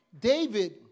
David